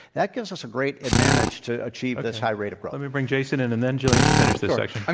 that gives us a great advantage to achieve this high rate of growth. let me bring jason in and then gillian to finish this section. i